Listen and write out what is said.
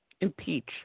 impeach